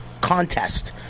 contest